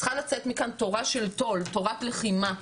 צריכה לצאת מכאן תורה של תו"ל, תורת לחימה,